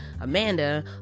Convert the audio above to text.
Amanda